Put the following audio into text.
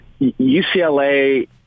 UCLA